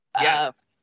Yes